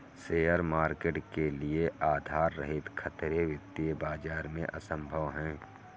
share market के लिये आधार रहित खतरे वित्तीय बाजार में असम्भव हैं